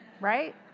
right